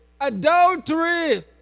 adultery